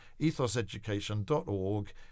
ethoseducation.org